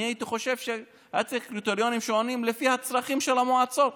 אני הייתי חושב שצריך קריטריונים שעונים על הצרכים של המועצות.